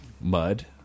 mud